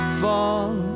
fall